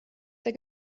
der